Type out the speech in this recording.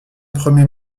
premier